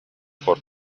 por